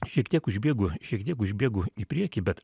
šiek tiek užbėgu šiek tiek užbėgu į priekį bet